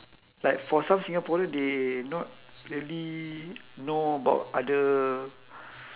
like for some singaporean they not really know about other